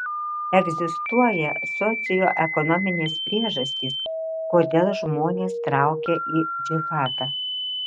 egzistuoja socioekonominės priežastys kodėl žmonės traukia į džihadą